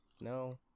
no